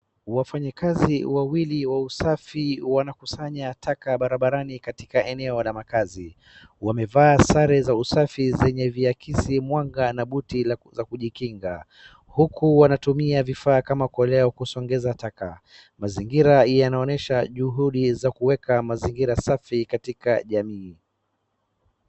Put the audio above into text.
Wafanyikazi wawili wa usafi wanakusanya taka barabarani katika eneo la makazi, wamevaa sare za usafi zenye vyakisi mwanga na buti za kujikinga, huku wanatumia vifaa kama koleo kusongeza taka. Mazingira yanaonyesha juhudi za kuweka mazingira safi katika jamii.